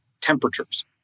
temperatures